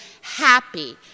happy